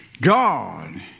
God